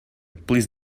please